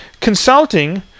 consulting